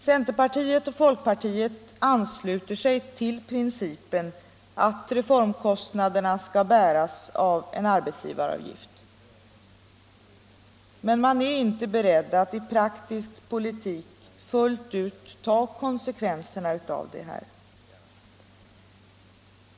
Centerpartiet och folkpartiet ansluter sig till principen att reformkostnaderna skall bäras av en arbetsgivaravgift, men ni är inom de båda partierna inte beredda att i praktisk politik fullt ut ta konsekvenserna av den principen.